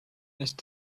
ist